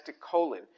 colon